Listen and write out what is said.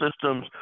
systems